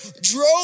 drove